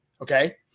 Okay